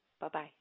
Bye-bye